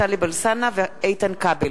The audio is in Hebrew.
טלב אלסאנע ואיתן כבל.